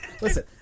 listen